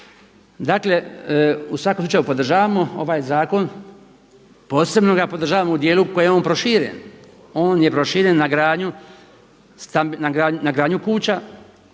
Dakle, u svakom slučaju podržavamo ovaj zakon. Posebno ga podržavamo u dijelu u kojem je on proširen. On je proširen na gradnju kuća.